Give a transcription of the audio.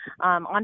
on